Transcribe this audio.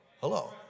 Hello